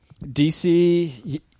DC